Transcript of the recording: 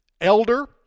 Elder